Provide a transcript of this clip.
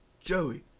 Joey